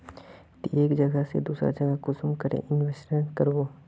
ती एक जगह से दूसरा जगह कुंसम करे इन्वेस्टमेंट करबो?